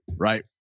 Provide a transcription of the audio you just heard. right